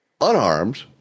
unarmed